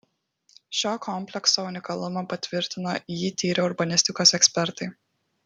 šio komplekso unikalumą patvirtino jį tyrę urbanistikos ekspertai